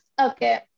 okay